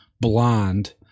blonde